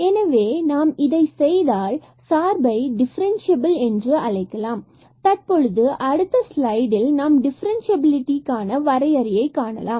எனவே நாம் இதை செய்தால் சார்பை டிஃபரென்ஸ்சியபில் என்று அழைக்கலாம் தற்பொழுது அடுத்த ஸ்லைடில் நாம் டிஃபரன்ஸ்சியபிலிடிக்காண வரையறையை காணலாம்